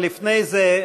אבל לפני זה,